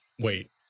Wait